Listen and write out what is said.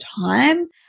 time